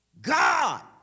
God